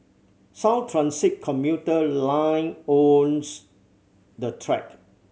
sound transit commuter line owns the track